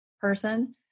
person